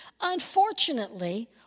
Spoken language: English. Unfortunately